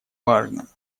важным